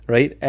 Right